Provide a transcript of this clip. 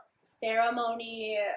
ceremony